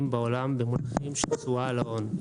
בעולם במונחים של תשואה על ההון,